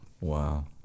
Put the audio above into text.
Wow